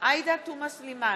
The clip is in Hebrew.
עאידה תומא סלימאן,